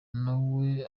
nawe